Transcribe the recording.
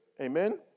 Amen